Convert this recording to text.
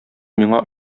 миңа